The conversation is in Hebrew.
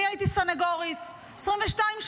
אני הייתי סנגורית 22 שנים.